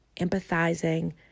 empathizing